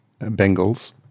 Bengals